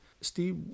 Steve